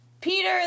Peter